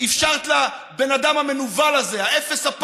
אני רוצה להגיד לך רויטל, גברתי היושבת-ראש, משהו.